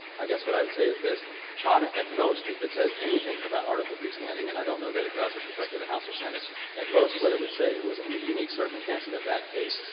i guess what i would say is this chadha at most, if it says anything about article iii standing and i don't know that it does with respect to the house or senate at most what it would say was in the unique circumstances of that case,